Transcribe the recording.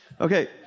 Okay